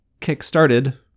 kick-started